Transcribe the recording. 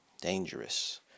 dangerous